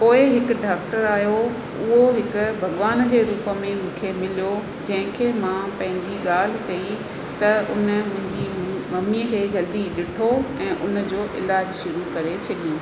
पोइ हिकु डाक्टर आयो उहो हिकु भॻवान जे रूप में मूंखे मिलियो जंहिंखे मां पंहिंजी ॻाल्हि चई त हुन मुंहिंजी मम्मीअ खे जल्दी ॾिठो ऐं हुनजो इलाजु शुरू करे छॾियई